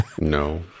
no